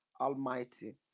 Almighty